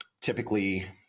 typically